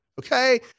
Okay